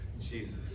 Jesus